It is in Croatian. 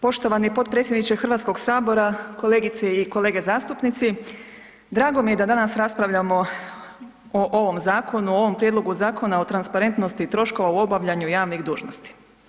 Poštovani potpredsjedniče Hrvatskog sabora, kolegice i kolege zastupnici, drago mi je da danas raspravljamo o ovom zakonu, o ovom Prijedlogu Zakona o transparentnosti troškova u obavljanju javnih dužnosti.